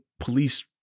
Police